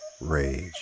rage